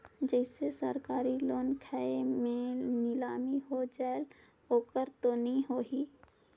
जैसे सरकारी लोन खाय मे नीलामी हो जायेल ओकर तो नइ होही?